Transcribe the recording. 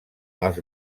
els